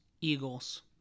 Eagles